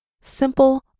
simple